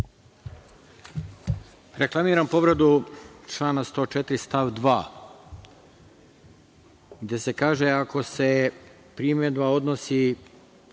Reklamiram povredu člana 104. stav 2, gde se kaže – ako se primedba odnosi